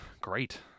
great